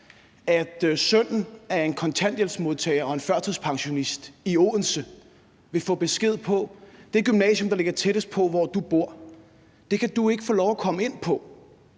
at sønnen af en kontanthjælpsmodtager og en førtidspensionist i Odense vil få den her besked: Det gymnasium, der ligger tættest på, hvor du bor, kan du ikke få lov til at komme ind på,